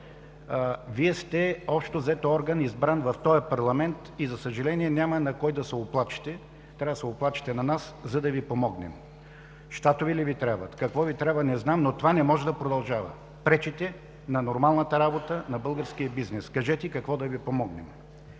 Вие общо взето сте орган, избран в този парламент, и, за съжаление, няма на кой да се оплачете – трябва да се оплачете на нас, за да Ви помогнем. Щатове ли Ви трябват, какво Ви трябва – не знам, но това не може да продължава, пречите на нормалната работа на българския бизнес. Кажете с какво да Ви помогнем!